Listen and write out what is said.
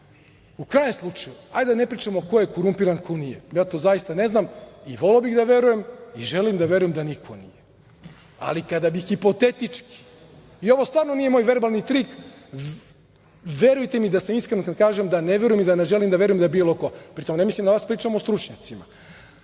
krajnjem slučaju, ajde da ne pričamo ko je korumpiran, ko nije, ja to zaista ne znam i voleo bih da verujem i želim da verujem da niko nije, ali kada bi hipotetički, i ovo stvarno nije moj verbalni trik, verujte mi da sam iskren kada kažem da ne verujem i da ne želim da verujem da je bilo ko. Pritom, ne mislim na vas, pričam o stručnjacima. Zarad